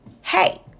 hey